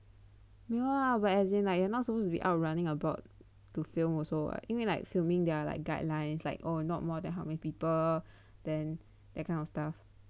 没有 lah but as in like you're not supposed to be out running I thought to film also 因为 like filming there are like guidelines like oh not more than how many people then that kind of stuff